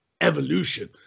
evolution